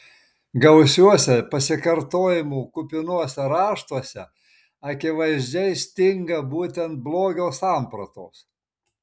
gausiuose pasikartojimų kupinuose raštuose akivaizdžiai stinga būtent blogio sampratos